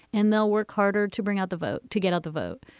and they'll work harder to bring out the vote, to get out the vote.